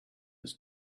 its